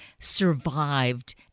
survived